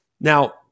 Now